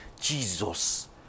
Jesus